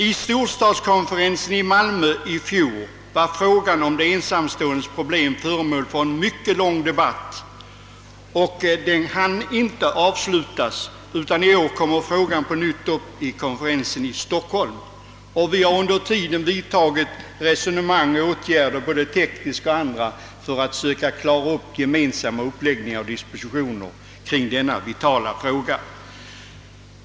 Vid storstadskonferensen 1 Malmö förra året var frågan om de ensamståendes problem föremål för en mycket lång debatt och den hann inte avslutas, utan i år kommer frågan på nytt upp vid konferensen i Stockholm. Vi har under tiden fört resonemang och vidtagit åtgärder, både tekniska och andra, för att kunna åstadkomma uppläggningar och dispositioner i denna vitala fråga.